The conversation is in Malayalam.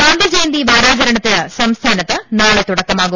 ഗാന്ധിജയന്തി വാരാചരണത്തിന് സംസ്ഥാനത്ത് നാളെ തുട ക്കമാവും